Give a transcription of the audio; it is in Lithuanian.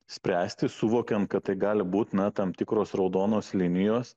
spręsti suvokėm kad tai gali būt na tam tikros raudonos linijos